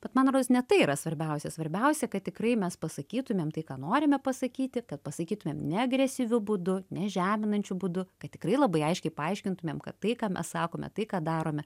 bet man rodos ne tai yra svarbiausia svarbiausia kad tikrai mes pasakytumėm tai ką norime pasakyti kad pasakytumėm ne agresyviu būdu ne žeminančiu būdu kad tikrai labai aiškiai paaiškintumėm kad tai ką mes sakome tai ką darome